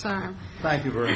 time thank you very